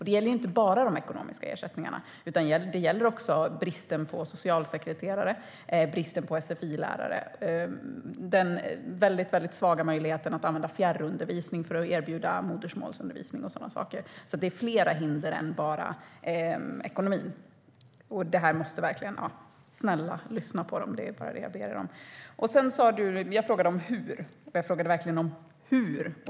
Det gäller inte bara de ekonomiska ersättningarna utan också bristen på socialsekreterare, bristen på sfi-lärare, den väldigt svaga möjligheten att använda fjärrundervisning för att erbjuda modersmålsundervisning och sådana saker. Det finns alltså fler hinder än bara ekonomin. Snälla, lyssna på dem! Det är bara det jag ber er om. Jag frågade hur. Jag frågade verkligen hur .